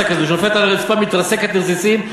כזאת שנופלת על הרצפה ומתרסקת לרסיסים.